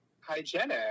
Hygienic